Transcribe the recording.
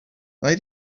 they